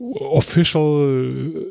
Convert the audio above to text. Official